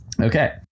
Okay